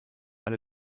alle